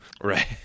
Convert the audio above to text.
right